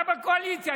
אתה בקואליציה.